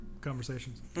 conversations